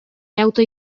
deute